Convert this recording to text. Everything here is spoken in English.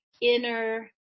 inner